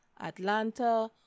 Atlanta